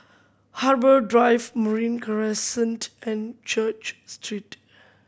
Harbour Drive Marine Crescent and Church Street